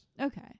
Okay